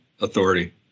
authority